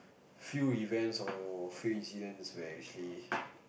few events or few incidents where actually